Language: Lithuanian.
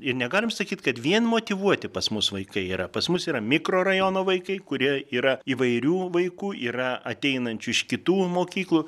ir negalim sakyt kad vien motyvuoti pas mus vaikai yra pas mus yra mikrorajono vaikai kurie yra įvairių vaikų yra ateinančių iš kitų mokyklų